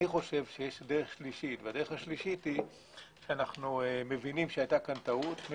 אני חושב שיש דרך שלישית שאנו מבינים שהיתה פה טעות,